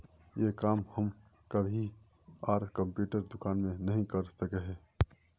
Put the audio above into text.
ये काम हम कहीं आर कंप्यूटर दुकान में नहीं कर सके हीये?